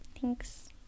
Thanks